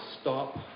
stop